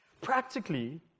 Practically